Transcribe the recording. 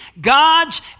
God's